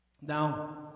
Now